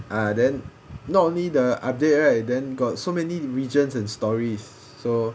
ah then not only the update right then got so many regions and stories so